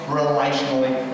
relationally